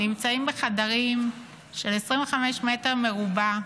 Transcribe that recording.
בחדרים של 25 מטר מרובע,